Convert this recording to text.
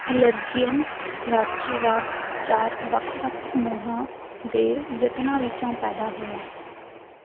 Algerian ਰਾਸ਼ਟਰਵਾਦ ਚਾਰ ਵੱਖ ਵੱਖ ਸਮੂਹਾਂ ਦੇ ਯਤਨਾਂ ਵਿੱਚੋਂ ਪੈਦਾ ਹੋਇਆ